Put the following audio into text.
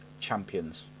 champions